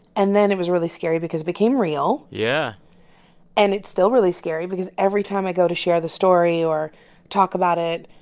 and then, it was really scary because it became real yeah and it's still really scary because every time i go to share the story or talk about it,